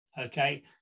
Okay